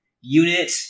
unit